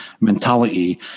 mentality